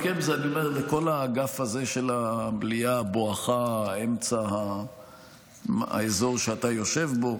אני אומר את זה לכל האגף הזה של המליאה בואכה אמצע האזור שאתה יושב בו,